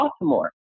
Baltimore